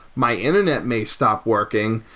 my internet may stop working,